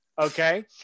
okay